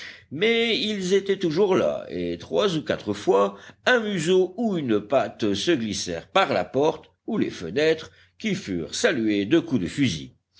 mais ils étaient toujours là et trois ou quatre fois un museau ou une patte se glissèrent par la porte ou les fenêtres qui furent salués de coups de fusil